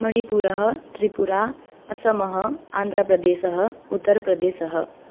मणिपुरं त्रिपुरा असमः आन्द्रप्रदेशः उत्तरप्रदेशः